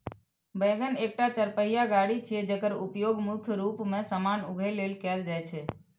wagon एकटा चरपहिया गाड़ी छियै, जेकर उपयोग मुख्य रूप मे सामान उघै लेल कैल जाइ छै